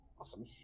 awesome